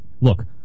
look